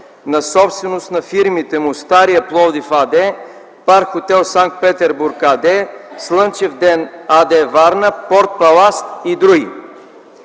на собственост на фирмите му „Стария Пловдив” АД, Парк-хотел „Санкт Петербург” АД, „Слънчев ден” АД, Варна, „Порт Палас” и други.